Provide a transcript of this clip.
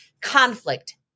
conflict